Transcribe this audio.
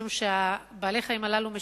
משום שבעלי-החיים הללו,